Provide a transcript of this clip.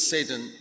Satan